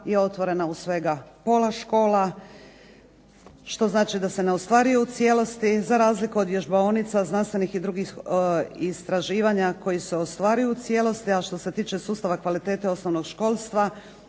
je otvorena u svega pola škola što znači da se ne ostvaruje u cijelosti za razliku od vježbaonica, znanstvenih i drugih istraživanja koji se ostvaruju u cijelosti. A što se tiče sustava kvalitete osnovnog školstva,